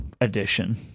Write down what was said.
edition